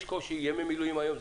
יש קושי בימי מילואים היום,